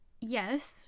yes